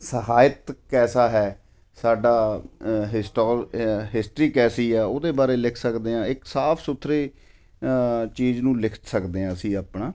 ਸਾਹਿਤ ਕੈਸਾ ਹੈ ਸਾਡਾ ਹਿਸਟੋਲ ਹਿਸਟਰੀ ਕੈਸੀ ਆ ਉਹਦੇ ਬਾਰੇ ਲਿਖ ਸਕਦੇ ਹਾਂ ਇੱਕ ਸਾਫ ਸੁਥਰੀ ਚੀਜ਼ ਨੂੰ ਲਿਖ ਸਕਦੇ ਹਾਂ ਅਸੀਂ ਆਪਣਾ